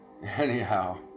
Anyhow